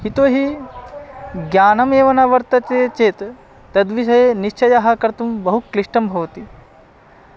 यतोहि ज्ञानमेव न वर्तते चेत् तद्विषये निश्चयः कर्तुं बहुक्लिष्टं भवति